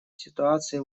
ситуации